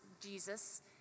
Jesus